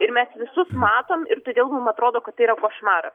ir mes visus matom ir todėl mums atrodo kad tai yra košmaras